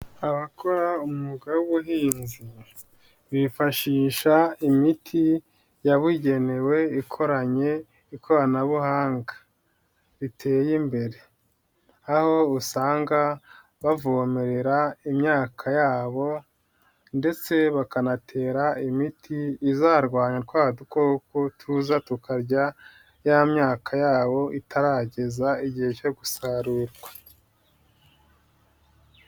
Abakora umwuga w'ubuhinzi bifashisha imiti yabugenewe ikoranye ikoranabuhanga riteye imbere, aho usanga bavomerera imyaka yabo ndetse bakanatera imiti izarwanya twa dukoko tuza tukarya ya myaka yabo itarageza igihe cyo gusarurwa.